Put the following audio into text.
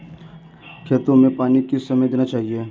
खेतों में पानी किस समय देना चाहिए?